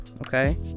Okay